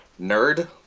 nerd